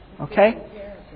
okay